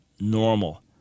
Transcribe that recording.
normal